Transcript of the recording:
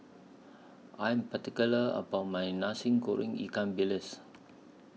I Am particular about My Nasi Goreng Ikan Bilis